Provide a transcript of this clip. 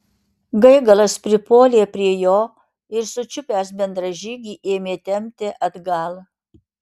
gaigalas pripuolė prie jo ir sučiupęs bendražygį ėmė tempti atgal